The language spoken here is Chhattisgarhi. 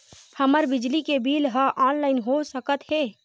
हमर बिजली के बिल ह ऑनलाइन हो सकत हे?